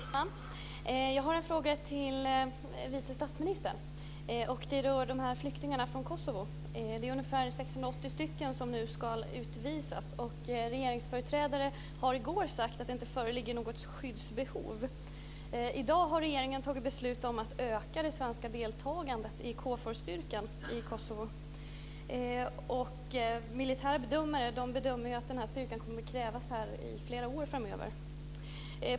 Fru talman! Jag har en fråga till vice statsministern. Den rör de ca 680 flyktingarna från Kosovo som nu ska utvisas. Regeringsföreträdare sade i går att det inte föreligger något skyddsbehov. I dag har regeringen fattat beslut om att öka det svenska deltagande i KFOR-styrkan i Kosovo. Militära bedömare bedömer att denna styrka kommer att krävas där i flera år framöver.